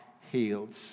healed